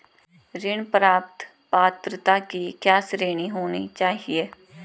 ऋण प्राप्त पात्रता की क्या श्रेणी होनी चाहिए?